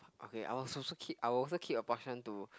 okay I will also keep I will also keep a portion to